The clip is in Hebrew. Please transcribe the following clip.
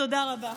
תודה רבה.